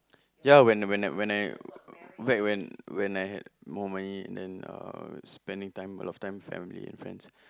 ya when I when I when I back when I when I had more money and then uh spending time a lot of time with family and friends